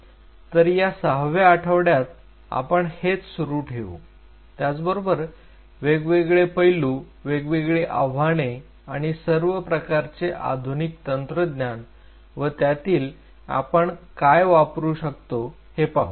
तर या सहाव्या आठवड्यात आपण हेच सुरु ठेवू त्याच बरोबर वेगवेगळे पैलू वेगवेगळे आव्हाने आणि सर्व प्रकारचे आधुनिक तंत्रज्ञान व त्यातील आपण काय वापरू शकतो हे पाहू